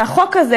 והחוק הזה,